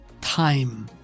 Time